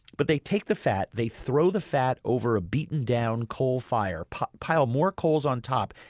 but they take the fat, they throw the fat over a beaten-down coal fire, pile pile more coals on top,